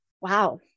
wow